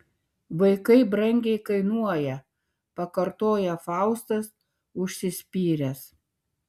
vaikai brangiai kainuoja pakartoja faustas užsispyręs